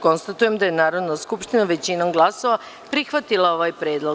Konstatujem da je Narodna skupština većinom glasova prihvatila ovaj predlog.